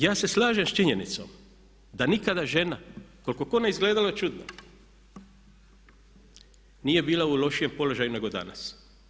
Ja se slažem s činjenicom da nikada žena, koliko god kome izgledalo čudno, nije bila u lošijem položaju nego danas.